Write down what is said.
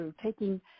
taking